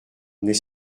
n’est